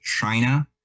China